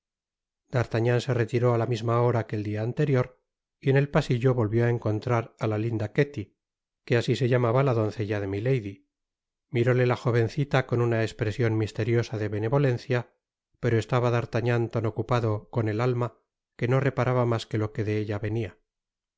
d'artagnan se retiró á la misma hora que el dia anterior y en él pasillo volvió á encontrar á la linda ketty que asi se llamaba la doncellade míladyrmitóle la jovencita con una espresiott misteriosa de benevolencia pero esrabá d'artagnan tan ocupado con el alma qfue rio reparaba mas que ib qué düefia venia